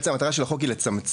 בעצם המטרה של החוק היא לצמצם.